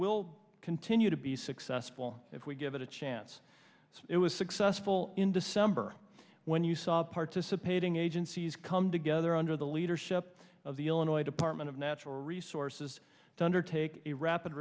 will continue to be successful if we give it a chance it was successful in december when you saw participating agencies come together under the leadership of the illinois department of natural resources to undertake a rapid